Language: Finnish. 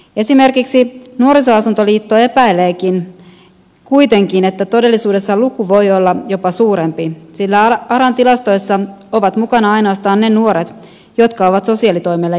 esimerkiksi nuorisoasuntoliitto epäilee kuitenkin että todellisuudessa luku voi olla jopa suurempi sillä aran tilastoissa ovat mukana ainoastaan ne nuoret jotka ovat sosiaalitoimelle ilmoittautuneet